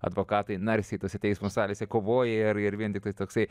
advokatai narsiai tose teismo salėse kovoja ir ir vien tiktai toksai